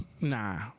Nah